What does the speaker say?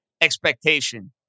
expectation